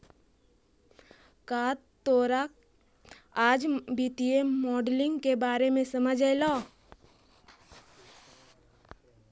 का तोरा आज वित्तीय मॉडलिंग के बारे में कुछ समझ मे अयलो?